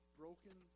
broken